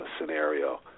scenario